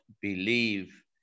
believe